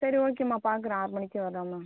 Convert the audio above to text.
சரி ஓகேம்மா பார்க்கறேன் ஆறு மணிக்கு வரேம்மா